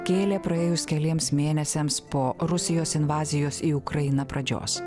kėlė praėjus keliems mėnesiams po rusijos invazijos į ukrainą pradžios